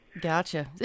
Gotcha